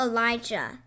Elijah